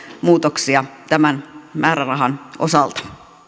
muutoksia tämän määrärahan osalta